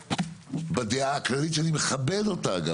בדעה הכללית, שאותה אני מכבד, אגב.